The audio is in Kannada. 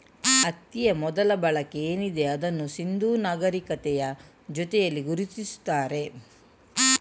ಹತ್ತಿಯ ಮೊದಲ ಬಳಕೆ ಏನಿದೆ ಅದನ್ನ ಸಿಂಧೂ ನಾಗರೀಕತೆಯ ಜೊತೇಲಿ ಗುರುತಿಸ್ತಾರೆ